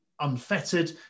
unfettered